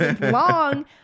long